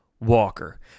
Walker